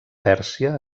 pèrsia